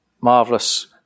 marvelous